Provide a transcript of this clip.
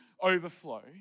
overflow